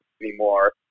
anymore